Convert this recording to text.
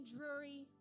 Drury